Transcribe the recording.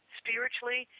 spiritually